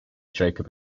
jacob